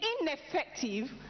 ineffective